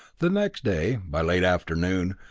the next day, by late afternoon,